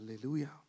Hallelujah